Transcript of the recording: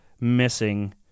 missing